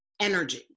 energy